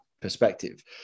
perspective